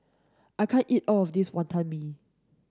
I can't eat all of this Wonton Mee